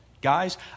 guys